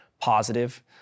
positive